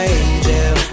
angel